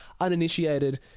uninitiated